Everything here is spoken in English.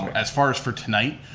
as far as for tonight,